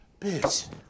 Bitch